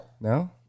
No